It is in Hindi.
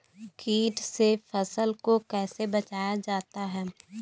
कीट से फसल को कैसे बचाया जाता हैं?